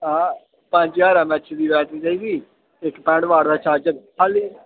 हां पंज ज्हार एमएच दी बैटरी चाहिदी इक पैंह्ट वाट दा चार्जर खाल्ली